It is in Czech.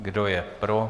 Kdo je pro?